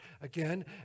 again